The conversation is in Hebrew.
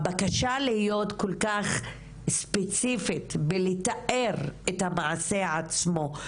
הבקשה להיות כל כך ספציפית בלתאר את המעשה עצמו,